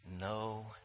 no